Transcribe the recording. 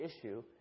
issue